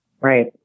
Right